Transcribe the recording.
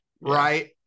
Right